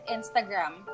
Instagram